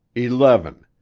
eleven!